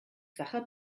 sacher